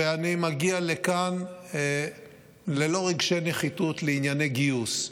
ואני מגיע לכאן ללא רגשי נחיתות בענייני גיוס.